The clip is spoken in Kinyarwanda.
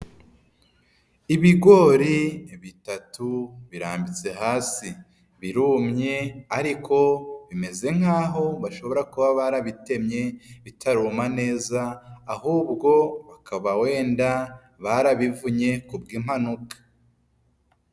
Ibigori bitatu birambitse hasi, birumye ariko bimeze nk'aho bashobora kuba barabitemye bitaruma neza, ahubwo bakaba wenda barabivunye ku bw'impanuka,